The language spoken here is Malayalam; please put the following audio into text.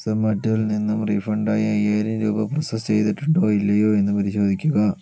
സൊമാറ്റോയിൽ നിന്നും റീഫണ്ടായി അയ്യായിരം രൂപ പ്രൊസസ്സ് ചെയ്തിട്ടുണ്ടോ ഇല്ലയോ എന്ന് പരിശോധിക്കുക